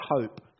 hope